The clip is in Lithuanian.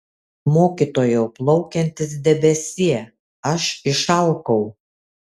mokytojau plaukiantis debesie aš išalkau